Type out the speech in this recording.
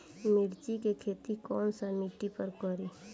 मिर्ची के खेती कौन सा मिट्टी पर करी?